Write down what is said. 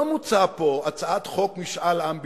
לא מוצעת פה הצעת חוק משאל עם בישראל,